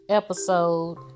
episode